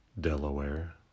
Delaware